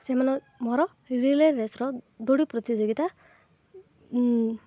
ସେମାନେ ମୋର ରିଲେ ରେସ୍ର ଦୌଡ଼ ପ୍ରତିଯୋଗିତା